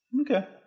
Okay